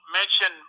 mention